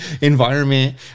environment